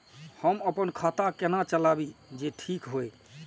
हम अपन खाता केना चलाबी जे ठीक होय?